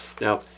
Now